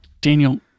Daniel